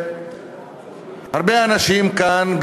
הרבה אנשים כאן,